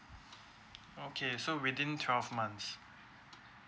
okay so within twelve months